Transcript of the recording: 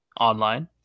online